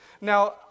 Now